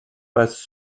passe